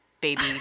baby